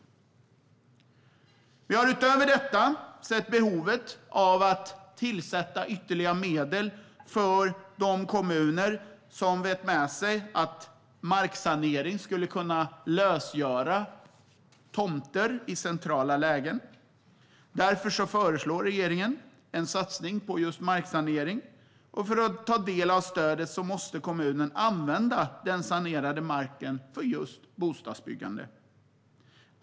Utöver dessa satsningar har vi sett behovet av att avsätta ytterligare medel för de kommuner som vet med sig att marksanering skulle kunna lösgöra tomter i centrala lägen. Därför föreslår regeringen en satsning på marksanering. För att kunna ta del av stödet måste kommunen använda den sanerade marken för just bostadsbyggande.